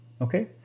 Okay